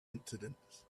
incidents